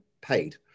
paid